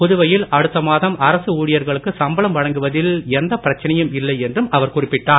புதுவையில் அடுத்த மாதம் அரசு ஊழியர்களுக்கு சம்பளம் வழங்குவதில் எந்தப் பிரச்சனையும் இல்லை என்றும் அவர் குறிப்பிட்டார்